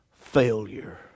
failure